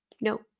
no